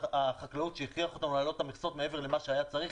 החקלאות שהכריח אותנו להעלות את המכסות מעבר למה שהיה צריך,